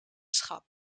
schap